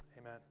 Amen